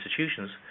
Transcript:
institutions